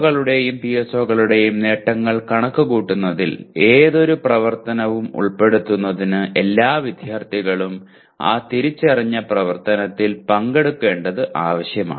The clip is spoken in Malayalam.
കളുടെയും PSO കളുടെയും നേട്ടങ്ങൾ കണക്കുകൂട്ടുന്നതിൽ ഏതൊരു പ്രവർത്തനവും ഉൾപ്പെടുത്തുന്നതിന് എല്ലാ വിദ്യാർത്ഥികളും ആ തിരിച്ചറിഞ്ഞ പ്രവർത്തനത്തിൽ പങ്കെടുക്കേണ്ടത് ആവശ്യമാണ്